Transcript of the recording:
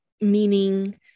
Meaning